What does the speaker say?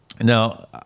Now